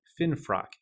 Finfrock